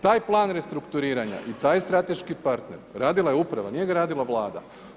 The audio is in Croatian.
Taj plan restrukturiranja i taj strateški partner radila je uprava, nije ga radila Vlada.